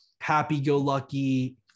happy-go-lucky